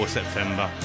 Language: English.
September